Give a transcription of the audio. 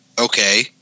Okay